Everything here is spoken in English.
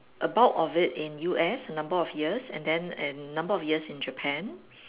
a bulk of it in U_S a number of years and then a number of years in Japan